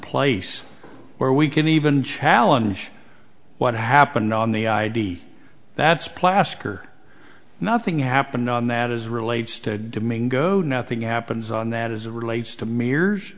place where we can even challenge what happened on the id that's placekicker nothing happened on that as relates to domingo nothing happens on that as a relates to mears